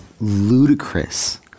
ludicrous